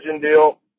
deal